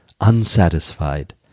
unsatisfied